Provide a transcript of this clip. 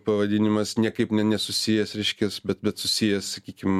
pavadinimas niekaip nesusijęs reiškias bet bet susijęs sakykim